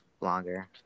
longer